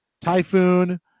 typhoon